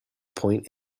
point